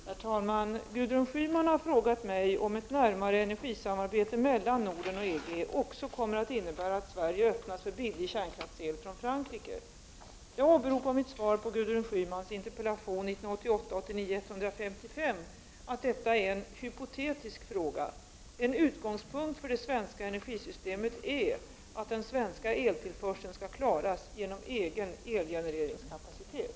Herr talman! Gudrun Schyman har frågat mig om ett närmare energisamarbete mellan Norden och EG också kommer att innebära att Sverige öppnas för billig kärnkraftsel från Frankrike. Jag åberopar mitt svar på Gudrun Schymans interpellation 1988/89:155 att detta är en hypotetisk fråga. En utgångspunkt för det svenska energisystemet är att den svenska eltillförseln skall klaras genom egen elgenereringskapacitet.